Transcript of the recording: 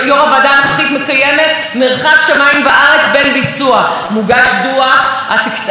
אז במקום שראש ממשלה יבוא לפה ויגיד: נושא ראשון שאנחנו מעלים במושב